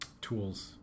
tools